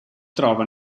trova